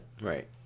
Right